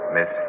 Miss